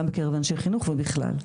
גם כאנשי חינוך ובכלל.